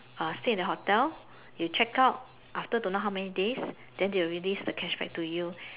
uh stay in the hotel you checked out after don't know how many days then they'll release the cashback to you